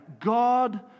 God